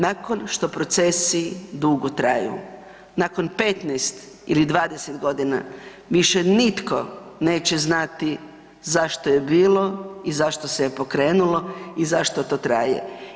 Nakon što procesi dugo traju, nakon 15 ili 20 godina više nitko neće znati zašto je bilo i zašto se je pokrenulo i zašto to traje.